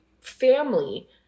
family